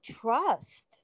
trust